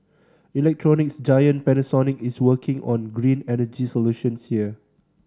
electronics giant Panasonic is working on green energy solutions here